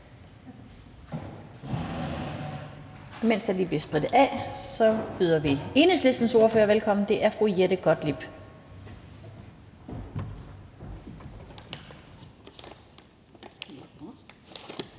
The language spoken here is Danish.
Mens der lige bliver sprittet af, byder vi Enhedslistens ordfører velkommen, og det er fru Jette Gottlieb.